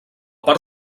part